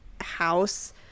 house